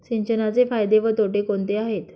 सिंचनाचे फायदे व तोटे कोणते आहेत?